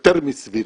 יותר מסבירה,